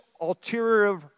ulterior